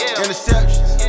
interceptions